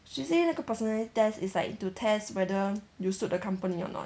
she say 那个 personality test is like to test whether you suit the company or not